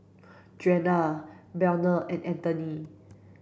Juana Burnell and Anthony